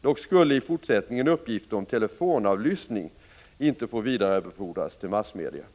Dock skulle i fortsättningen uppgifter om telefonavlyssning inte få vidarebefordras till massmedierna.